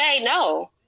no